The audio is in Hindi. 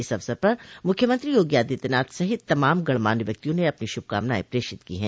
इस अवसर पर मुख्यमंत्री योगी आदित्यनाथ सहित तमाम गणमान्य व्यक्तियों ने अपनी शुभकामनाएं प्रेषित की है